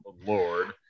Lord